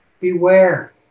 beware